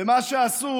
ומה שעשו